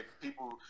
people